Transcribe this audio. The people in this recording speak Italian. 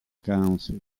council